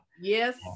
Yes